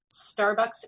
Starbucks